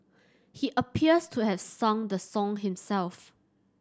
he appears to have sung the song himself